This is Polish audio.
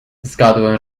zgadłem